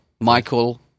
Michael